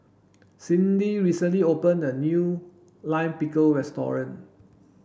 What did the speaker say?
Cindy recently opened a new Lime Pickle restaurant